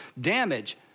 damage